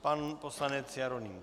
Pan poslanec Jeroným